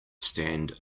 stand